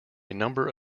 number